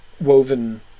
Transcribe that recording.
woven